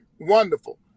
wonderful